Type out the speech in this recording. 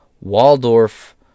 Waldorf